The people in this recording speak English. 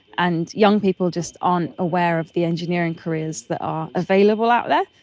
and young people just aren't aware of the engineering careers that are available out there.